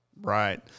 Right